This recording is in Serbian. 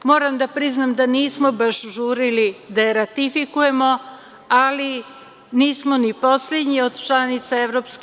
Moram da priznam da nismo baš žurili da je ratifikujemo, ali nismo ni poslednji od članica EU.